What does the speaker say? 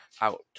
out